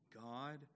God